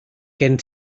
gen